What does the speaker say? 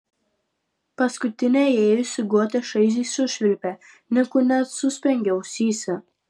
paskutinė įėjusi gotė šaižiai sušvilpė nikui net suspengė ausyse